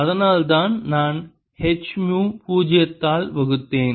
அதனால்தான் நான் H மு பூஜ்ஜியத்தால் வகுத்தேன்